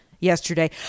Yesterday